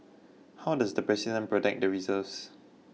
how does the president protect the reserves